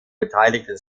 beteiligten